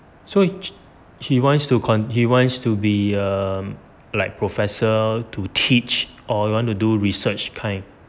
so he wants to con~ he wants to be um like professor to teach or he want to do research kind